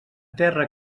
terra